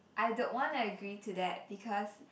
I don't wanna agree to that because